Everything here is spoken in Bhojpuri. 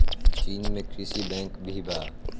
चीन में कृषि बैंक भी बा